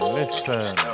listen